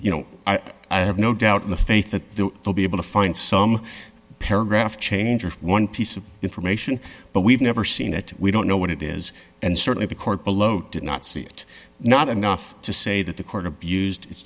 you know i have no doubt in the faith that we'll be able to find some paragraph changer one piece of information but we've never seen it we don't know what it is and certainly the court below did not see it not enough to say that the court abused it